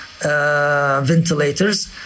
Ventilators